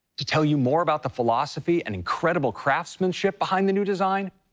to tell you more about the philosophy and incredible craftsmanship behind the new design,